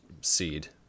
seed